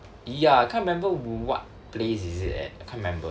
ya can't remember what place is it eh can't remember